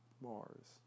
Mars